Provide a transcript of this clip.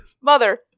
Mother